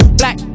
black